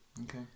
Okay